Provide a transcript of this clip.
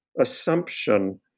assumption